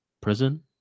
prison